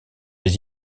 des